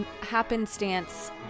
happenstance